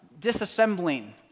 disassembling